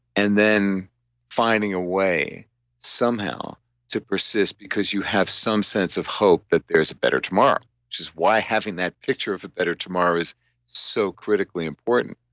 and then finding a way somehow to persist because you have some sense of hope that there's a better tomorrow, which is why having that picture of a better tomorrow is so critically important